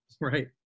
Right